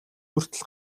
хүртэл